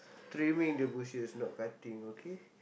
trimming the bushes not cutting okay